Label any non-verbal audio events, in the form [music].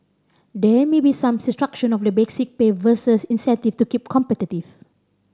there may be some [unintelligible] of the basic pay versus incentive to keep competitive